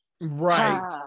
right